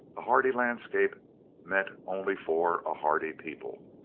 a hardy landscape meant only for a hardy people.